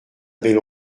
belle